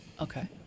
Okay